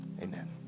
Amen